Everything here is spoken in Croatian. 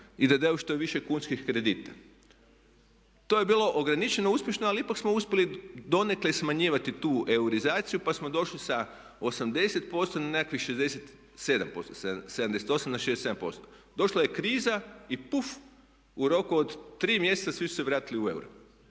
i da daju što više kunskih kredita. To je bilo ograničeno uspješno ali ipak smo uspjeli donekle smanjivati tu eurizaciju pa smo došli sa 80% na nekakvih 67%. Došla je kriza i puf u roku od 3 mjeseca svi su se vratili u euro.